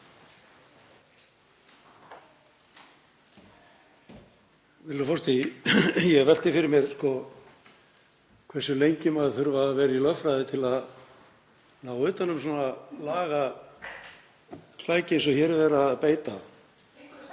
Virðulegur forseti. Ég hef velt því fyrir mér hversu lengi maður þurfi að vera í lögfræði til að ná utan um svona lagaklæki eins og hér er verið að beita.